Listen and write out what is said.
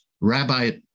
Rabbi